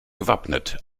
gewappnet